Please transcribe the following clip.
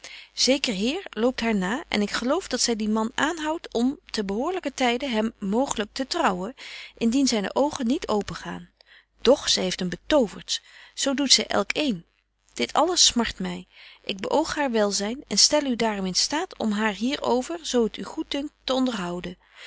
heer loopt haar na en ik geloof dat zy dien man aanhoudt om ten behoorlyken tyde hem mooglyk te trouwen indien zyne oogen betje wolff en aagje deken historie van mejuffrouw sara burgerhart niet open gaan doch zy heeft hem betovert zo doet zy elkëen dit alles smart my ik beöog haar welzyn en stelle u daarom in staat om haar hier over zo t u goeddunkt te onderhouden